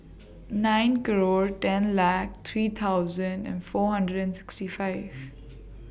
nine grow ten La three thousand and four hundred and sixty five